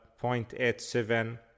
0.87